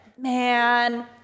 man